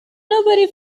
nobody